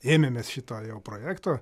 ėmėmės šito jau projekto